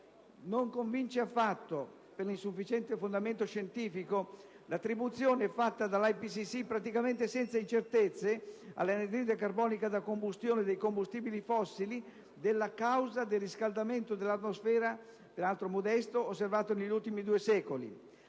Non convince affatto, per l'insufficiente fondamento scientifico, l'attribuzione fatta dall'IPCC, praticamente senza incertezze, all'anidride carbonica da combustione dei combustibili fossili della causa del riscaldamento dell'atmosfera, peraltro modesto, osservato negli ultimi due secoli.